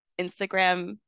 instagram